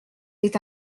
est